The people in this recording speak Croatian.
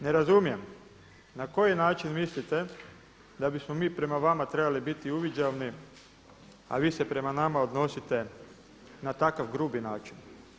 Ne razumijem na koji način mislite da bismo mi prema vama trebali biti uviđavni a vi se prema nama odnosite na takav grubi način.